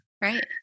Right